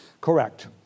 Correct